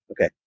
Okay